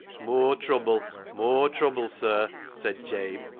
moor trubbel, moor trubbel, sir, said jabe,